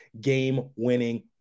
game-winning